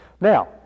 Now